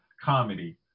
comedy